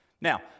Now